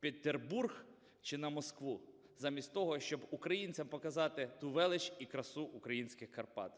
Петербург чи на Москву, замість того щоб українцям показати ту велич і красу українських Карпат.